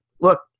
look